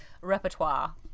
repertoire